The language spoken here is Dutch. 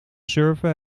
surfen